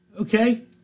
Okay